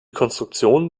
konstruktion